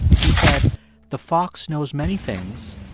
he said the fox knows many things,